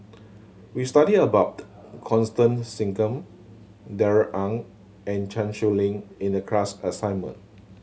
we studied about Constance Singam Darrell Ang and Chan Sow Lin in the class assignment